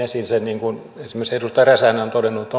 esiin sen niin kuin esimerkiksi edustaja räsänen on todennut